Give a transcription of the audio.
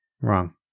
Wrong